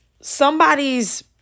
somebody's